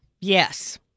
Yes